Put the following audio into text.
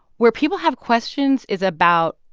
where people have questions is about,